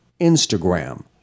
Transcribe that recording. Instagram